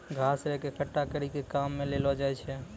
घास रेक एकठ्ठा करी के काम मे लैलो जाय छै